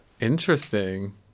Interesting